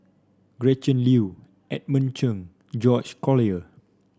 Gretchen Liu Edmund Chen George Collyer